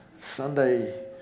Sunday